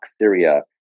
Syria